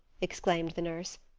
exclaimed the nurse.